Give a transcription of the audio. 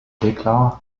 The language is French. déclare